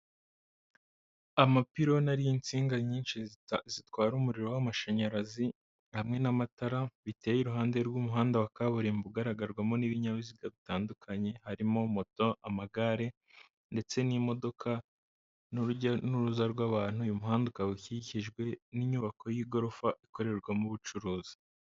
Amapironi ariho insinga nyinshi zitwara umuriro w'amashanyarazi hamwe n'amatara, biteye iruhande rw'umuhanda wa kaburimbo ugaragarwamo n'ibinyabiziga bitandukanye, harimo moto, amagare, ndetse n'imodoka n'urujya n'uruza rw'abantu. Uyu muhanda ukaba ukikijwe n'inyubako y'igorofa ikorerwamo ubucuruzi.